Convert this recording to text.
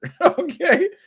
Okay